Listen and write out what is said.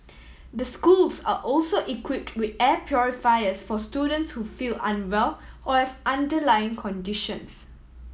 the schools are also equipped with air purifiers for students who feel unwell or have underlying conditions